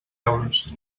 euros